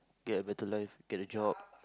yeah better life get a job